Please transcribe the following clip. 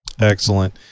excellent